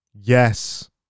yes